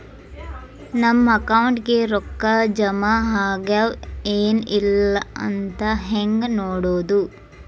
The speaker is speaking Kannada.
ನಮ್ಮ ಅಕೌಂಟಿಗೆ ರೊಕ್ಕ ಜಮಾ ಆಗ್ಯಾವ ಏನ್ ಇಲ್ಲ ಅಂತ ಹೆಂಗ್ ನೋಡೋದು?